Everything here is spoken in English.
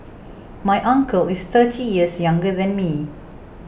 my uncle is thirty years younger than me